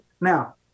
now